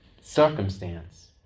circumstance